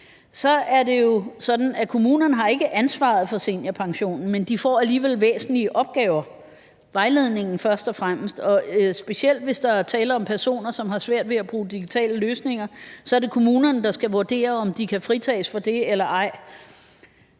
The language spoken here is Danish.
Så er det jo sådan, at kommunerne ikke har ansvaret for seniorpensionen, men de får alligevel væsentlige opgaver. Vejledningen først og fremmest, og specielt hvis der er tale om personer, som har svært ved at bruge digitale løsninger: Så er det kommunerne, der skal vurdere, om de kan fritages for det eller ej.